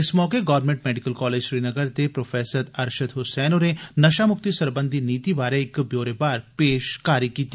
इस मौके government medical college Srinagar दे प्रोफेसर अरशद हसैन होरें नषामुक्ति सरबंधी नीति बारै इक ब्यौरेवार पेशकारी कीती